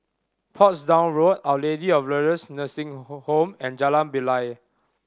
Portsdown Road Our Lady of Lourdes Nursing Home and Jalan Bilal